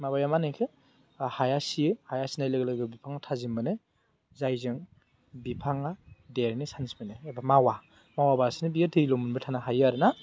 माबाया मा होनो बिखौ हाया सियो हाया सिनाय लोगो लोगो बिफाङा थाजिम मोनो जायजों बिफाङा देरनो चान्स मोनो एबा मावा मावाबासेनो बियो दैल' मोनबाय थानो हायो आरो ना